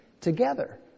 together